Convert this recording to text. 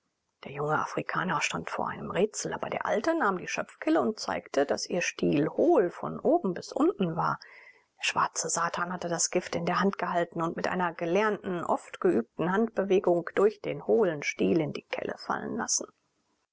der junge afrikaner stand vor einem rätsel aber der alte nahm die schöpfkelle und zeigte daß ihr stiel hohl von oben bis unten war der schwarze satan hatte das gift in der hand gehalten und mit einer gelernten oft geübten handbewegung durch den hohlen stiel in die kelle fallen lassen